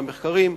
המחקרים,